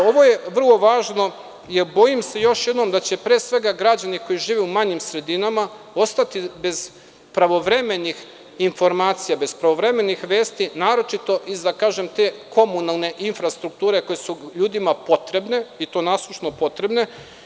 Ovo je vrlo važno, jer bojim se, još jednom, da će pre svega građani koji žive u manjim sredinama ostati bez pravovremenih informacija, bez pravovremenih vesti, a naročito iz te, da tako kažem, komunalne infrastrukture koje su ljudima potrebne i to nasušno potrebne.